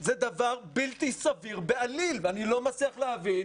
זה דבר בלתי סביר בעליל, ואני לא מצליח להבין